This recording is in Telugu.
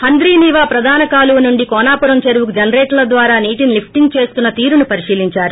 హంద్రీనీవా ప్రధాన కాలువ నుండి కోనాపురం చెరువుకు జనరేటర్ల ద్వారా నీటిని లిఫ్టింగ్ చేస్తున్న తీరును పరిశీలించారు